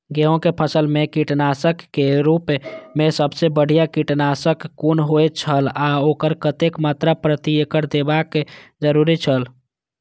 गेहूं के फसल मेय कीटनाशक के रुप मेय सबसे बढ़िया कीटनाशक कुन होए छल आ ओकर कतेक मात्रा प्रति एकड़ देबाक जरुरी छल?